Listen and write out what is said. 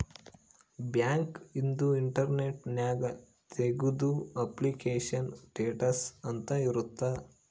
bank ಇಂದು internet ನ್ಯಾಗ ತೆಗ್ದು ಅಪ್ಲಿಕೇಶನ್ ಸ್ಟೇಟಸ್ ಅಂತ ಇರುತ್ತ